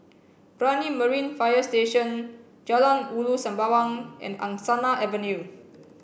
Brani Marine Fire Station Jalan Ulu Sembawang and Angsana Avenue